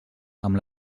amb